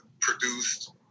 produced